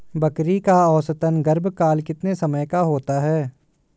बकरी का औसतन गर्भकाल कितने समय का होता है?